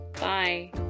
Bye